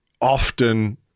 often